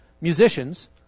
musicians